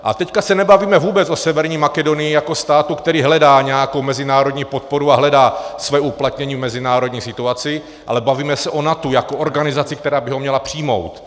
A teď se nebavíme vůbec o Severní Makedonii jako státu, který hledá nějakou mezinárodní podporu a hledá své uplatnění v mezinárodní situaci, ale bavíme se o NATO jako organizaci, která by ho měla přijmout.